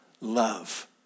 love